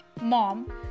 mom